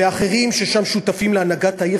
ואחרים ששם שותפים להנהגת העיר,